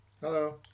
Hello